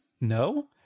No